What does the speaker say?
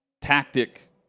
tactic